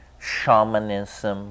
shamanism